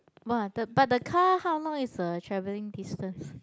!wah! the but the car how long is the travelling distance